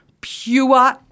pure